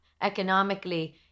economically